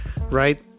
right